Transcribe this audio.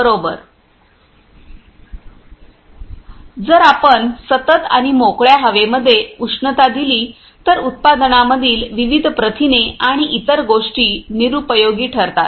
बरोबर जर आपण सतत आणि मोकळ्या हवेमध्ये उष्णता दिली तर उत्पादनांमधील विविध प्रथिने आणि इतर गोष्टी निरूपयोगी ठरतात